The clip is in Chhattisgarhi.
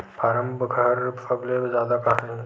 फारम घर सबले जादा कहां हे